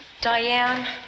Diane